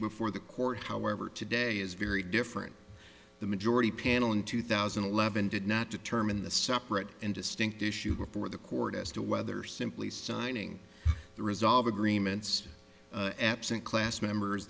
before the court however today is very different the majority panel in two thousand and eleven did not determine the separate and distinct issue before the court as to whether simply signing the resolve agreements absent class members